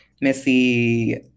Missy